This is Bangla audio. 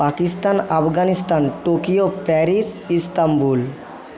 Pakistan Afghanistan Tokyo Paris Istanbul